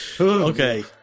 Okay